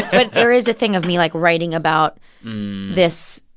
but there is a thing of me, like, writing about this,